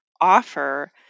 offer